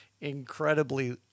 incredibly